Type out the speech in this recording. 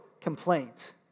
complaint